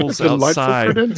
outside